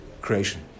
creation